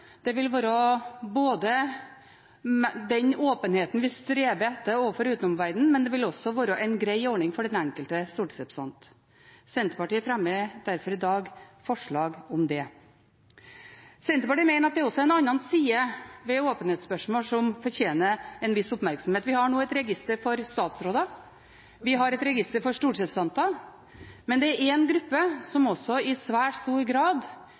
det vil være den åpenheten vi streber etter overfor utenverdenen, men det vil også være en grei ordning for den enkelte stortingsrepresentant. Senterpartiet fremmer derfor i dag forslag om det. Senterpartiet mener også det er en annen side ved åpenhetsspørsmål som fortjener en viss oppmerksomhet. Vi har nå et register for statsråder. Vi har et register for stortingsrepresentanter. Men det er en gruppe som også i svært stor grad